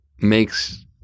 makes